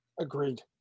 agreed